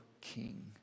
king